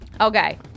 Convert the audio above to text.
Okay